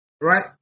right